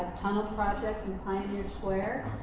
tunnel project and pioneer square.